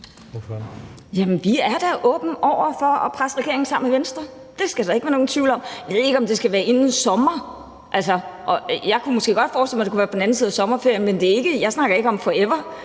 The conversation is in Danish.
(SF): Jamen vi er da åbne over for at presse regeringen sammen med Venstre; det skal der ikke være nogen tvivl om. Jeg ved ikke, om det skal være inden sommer. Altså, jeg kunne måske godt forestille mig, at det kunne være på den anden side af sommerferien, og jeg snakker ikke om forever.